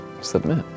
Submit